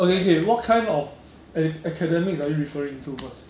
okay okay what kind of ad~ academics are you referring to first